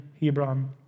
Hebron